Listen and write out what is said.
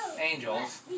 angels